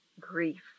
grief